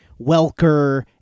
Welker